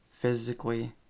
physically